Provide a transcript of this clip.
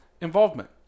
involvement